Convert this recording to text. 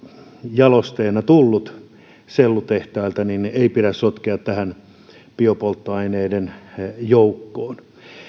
jalosteena tullut sellutehtailta ei pidä sotkea tähän biopolttoaineiden joukkoon